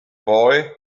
boy